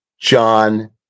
John